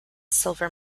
silver